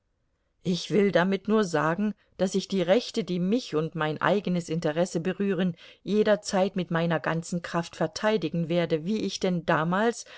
ich will damit nur sagen daß ich die rechte die mich und mein eigenes interesse berühren jederzeit mit meiner ganzen kraft verteidigen werde wie ich denn damals